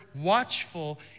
watchful